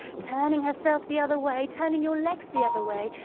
turning herself the other way, turning your legs the other way,